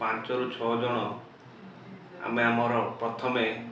ପାଞ୍ଚ ରୁ ଛଅ ଜଣ ଆମେ ଆମର ପ୍ରଥମେ